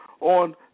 on